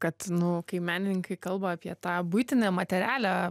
kad nu kai menininkai kalba apie tą buitinę materialią